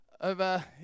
over